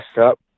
up